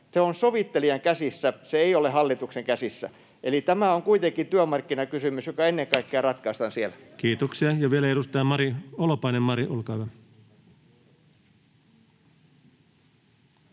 ”Se on sovittelijan käsissä, se ei ole hallituksen käsissä.” Eli tämä on kuitenkin työmarkkinakysymys, joka ennen kaikkea ratkaistaan siellä. Kiitoksia. — Ja vielä edustaja Holopainen, Mari, olkaa hyvä.